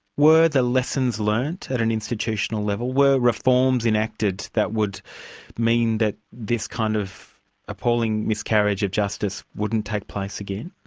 were there lessons learned at an institutional level? were reforms enacted that would mean that this kind of appalling miscarriage of justice wouldn't take place again?